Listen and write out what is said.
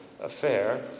affair